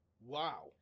Wow